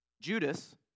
Judas